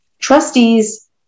Trustees